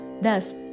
Thus